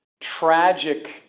tragic